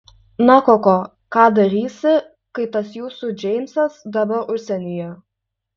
na koko ką darysi kai tas jūsų džeimsas dabar užsienyje